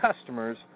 customers